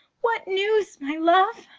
what news, my love?